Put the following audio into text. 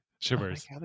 shivers